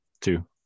Two